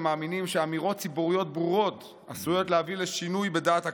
הם מאמינים שאמירות ציבוריות ברורות עשויות להביא לשינוי בדעת הקהל.